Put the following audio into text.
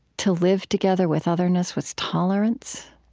to live together with otherness was tolerance,